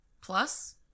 plus